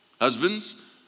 Husbands